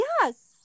yes